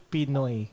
Pinoy